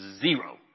Zero